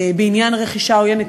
בעניין רכישה עוינת,